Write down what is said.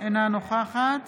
אינה נוכחת